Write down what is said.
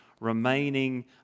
remaining